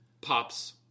pops